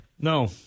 No